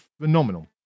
phenomenal